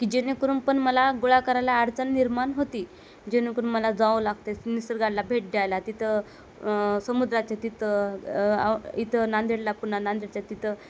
की जेणेकरून पण मला गोळा करायला अडचण निर्माण होती जेणेकरून मला जावे लागते निसर्गाला भेट द्यायला तिथे समुद्राच्या तिथे इथे नांदेडला पुन्हा नांदेडच्या तिथे